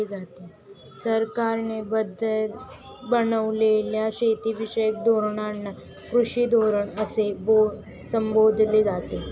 सरकारने बनवलेल्या शेतीविषयक धोरणांना कृषी धोरण असे संबोधले जाते